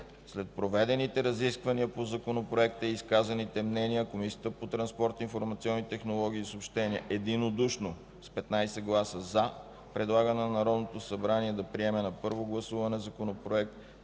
След проведените разисквания по Законопроекта и изказаните мнения, Комисията по транспорт, информационни технологии и съобщения, единодушно с 15 гласа „за”, предлага на Народното събрание да приеме на първо гласуване Законопроект